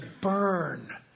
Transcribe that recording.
burn